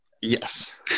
Yes